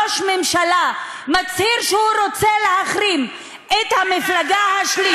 ראש ממשלה מצהיר שהוא רוצה להחרים את המפלגה השלישית בגודלה,